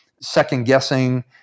second-guessing